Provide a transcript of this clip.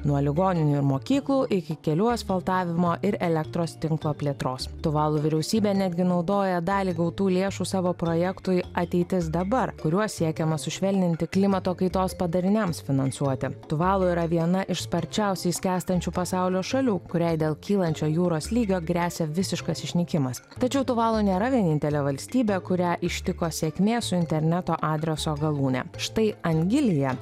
nuo ligoninių ir mokyklų iki kelių asfaltavimo ir elektros tinklo plėtros tuvalu vyriausybė netgi naudoja dalį gautų lėšų savo projektui ateitis dabar kuriuo siekiama sušvelninti klimato kaitos padariniams finansuoti tuvalu yra viena iš sparčiausiai skęstančių pasaulio šalių kuriai dėl kylančio jūros lygio gresia visiškas išnykimas tačiau tuvalu nėra vienintelė valstybė kurią ištiko sėkmė su interneto adreso galūne štai angilija